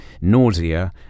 nausea